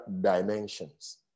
dimensions